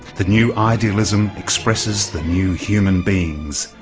the new idealism expresses the new human beings,